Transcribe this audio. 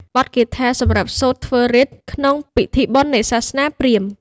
បទគាថាសម្រាប់សូត្រធ្វើរីតិ៍ ក្នុងពិធីបុណ្យនៃសាសនាព្រាហ្មណ៍។